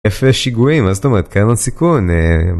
איפה יש שיגועים, זאת אומרת, קיים הסיכון.